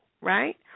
right